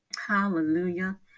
hallelujah